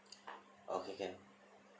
okay can